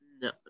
no